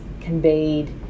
conveyed